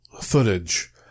footage